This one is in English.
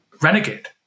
renegade